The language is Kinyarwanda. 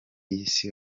y’isi